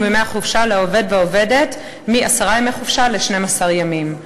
ימי החופשה לעובד ולעובדת מעשרה ימי חופשה ל-12 ימים.